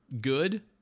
good